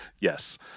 Yes